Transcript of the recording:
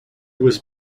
was